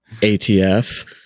ATF